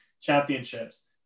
championships